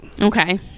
okay